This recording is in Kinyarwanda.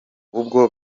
ubwo